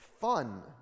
fun